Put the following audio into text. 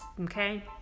okay